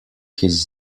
his